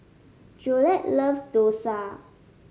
Jolette loves dosa